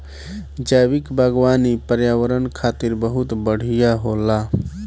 जैविक बागवानी पर्यावरण खातिर बहुत बढ़िया होला